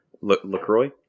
LaCroix